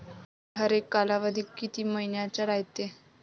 हरेक कालावधी किती मइन्याचा रायते?